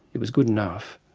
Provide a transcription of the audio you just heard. it was good enough,